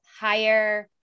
higher